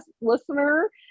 listener